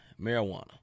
marijuana